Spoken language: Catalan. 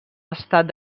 estat